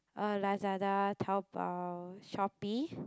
uh Lazada Taobao Shopee